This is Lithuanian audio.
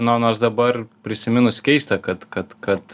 no nors dabar prisiminus keista kad kad kad